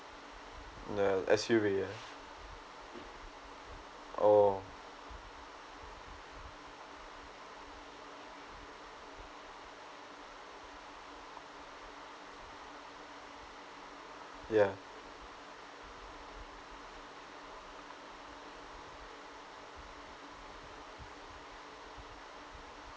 yeah S_U_V yeah oh yeah